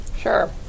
sure